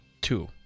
Two